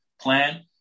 plan